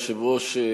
אדוני היושב-ראש,